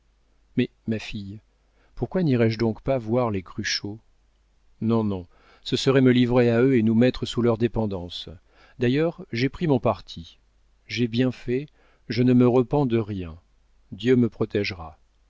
mais ma fille pourquoi nirais je donc pas voir les cruchot non non ce serait me livrer à eux et nous mettre sous leur dépendance d'ailleurs j'ai pris mon parti j'ai bien fait je ne me repens de rien dieu me protégera